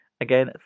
Again